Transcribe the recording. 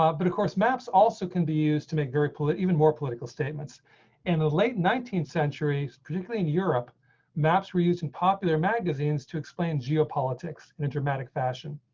ah but of course maps also can be used to make very polite even more political statements and the late nineteenth century, particularly in europe maps reusing popular magazines to explain geopolitics in a dramatic fashion.